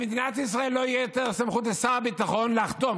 במדינת ישראל לא תהיה יותר סמכות לשר הביטחון לחתום.